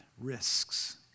risks